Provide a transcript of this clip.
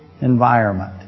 environment